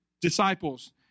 disciples